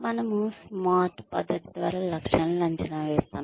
మనము 'స్మార్ట్' పద్ధతి ద్వారా లక్ష్యాలను అంచనా వేస్తాము